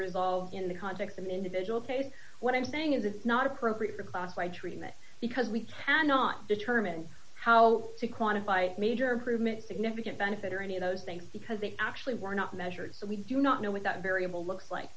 resolved in the context of an individual case what i'm saying is it's not appropriate for classified treatment because we cannot determine how to quantify major improvement significant benefit or any of those things because they actually were not measured so we do not know what that variable looks like